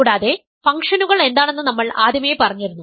കൂടാതെ ഫംഗ്ഷനുകൾ എന്താണെന്നു നമ്മൾ ആദ്യമേ പറഞ്ഞിരുന്നു